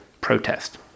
protest